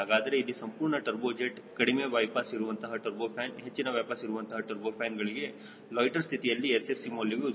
ಹಾಗಾದರೆ ಇಲ್ಲಿ ಸಂಪೂರ್ಣ ಟರ್ಬೋಜೆಟ್ ಕಡಿಮೆ ಬೈಪಾಸ್ ಇರುವಂತಹ ಟರ್ಬೋಫ್ಯಾನ್ ಹೆಚ್ಚಿನ ಬೈಪಾಸ್ ಇರುವಂತಹ ಟರ್ಬೋಫ್ಯಾನ್ಗಳಿಗೆ ಲೊಯ್ಟ್ಟೆರ್ಸ್ಥಿತಿಯಲ್ಲಿ SFC ಮೌಲ್ಯವು 0